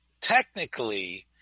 technically